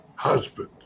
husband